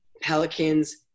Pelicans